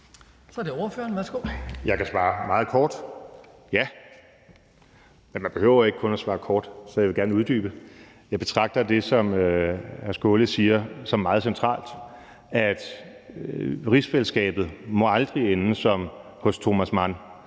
Morten Messerschmidt (DF): Jeg kan svare meget kort: Ja. Men man behøver ikke kun at svare kort, så jeg vil gerne uddybe. Jeg betragter det, som hr. Sjúrður Skaale siger, som meget centralt. Rigsfællesskabet må aldrig ende som hos Thomas Mann